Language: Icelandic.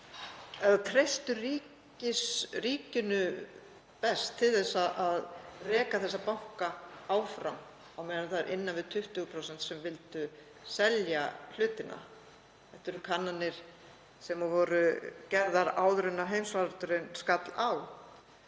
treystu ríkinu best til þess að reka þessa banka áfram, á meðan innan við 20% vildu selja hlutina. Þetta eru kannanir sem voru gerðar áður en heimsfaraldurinn skall á.